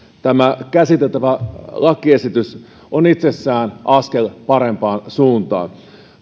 tämä käsiteltävä lakiesitys on itsessään askel parempaan suuntaan